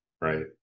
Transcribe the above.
right